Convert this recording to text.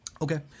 Okay